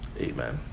Amen